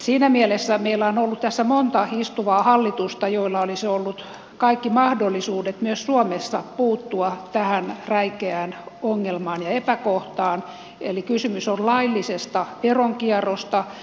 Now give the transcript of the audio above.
siinä mielessä meillä on ollut tässä monta istuvaa hallitusta joilla olisi ollut kaikki mahdollisuudet myös suomessa puuttua tähän räikeään ongelmaan ja epäkohtaan eli kysymys on laillisesta veronkierrosta